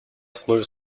основе